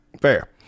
Fair